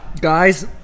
guys